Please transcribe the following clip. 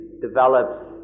develops